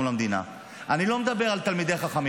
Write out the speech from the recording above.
אנחנו מדברים עכשיו על חוק הגיוס,